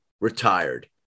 retired